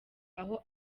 aho